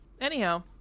anyhow